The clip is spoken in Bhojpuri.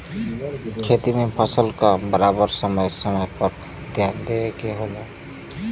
खेती में फसल क बराबर समय समय पर ध्यान देवे के होला